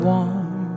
one